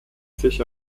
sich